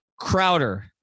Crowder